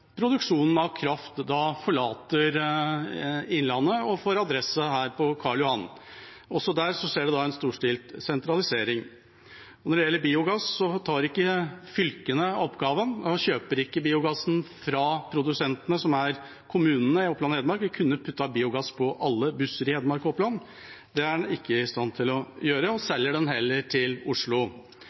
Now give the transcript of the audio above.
produksjonen av kraft forlater Innlandet og får adresse her på Karl Johan. Også der skjer det en storstilt sentralisering. Når det gjelder biogass, tar ikke fylkene oppgaven. Man kjøper ikke biogassen fra produsentene, som er kommunene i Oppland og Hedmark – vi kunne ha puttet biogass på alle busser i Hedmark og Oppland. Det er en ikke i stand til å gjøre, en selger den heller til Oslo.